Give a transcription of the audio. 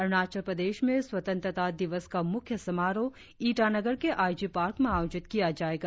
अरुणाचल प्रदेश में स्वंत्रता दिवस का मुख्य समारोह ईटानगर के आई जी पार्क में आयोजित किया जाएगा